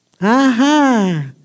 Aha